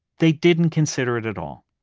they didn't consider it at all,